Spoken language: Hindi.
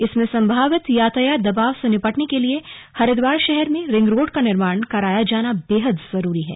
इसमें सम्भावित यातायात दबाव से निपटने के लिए हरिद्वार शहर में रिंग रोड का निर्माण कराया जाना बेहद जरूरी है